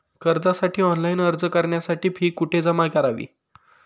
कर्जासाठी ऑनलाइन अर्ज करण्यासाठी फी कुठे जमा करावी?